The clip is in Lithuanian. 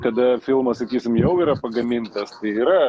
kada filmas sakysim jau yra pagamintas tai yra